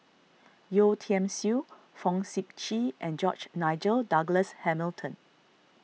Yeo Tiam Siew Fong Sip Chee and George Nigel Douglas Hamilton